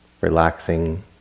relaxing